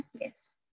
Yes